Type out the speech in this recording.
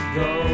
go